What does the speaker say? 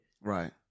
Right